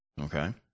okay